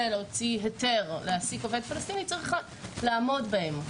להוציא היתר להעסיק עובד פלסטיני צריך לעמוד בהם.